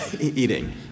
eating